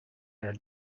are